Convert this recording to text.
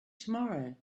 tomorrow